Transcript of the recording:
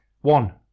One